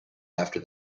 after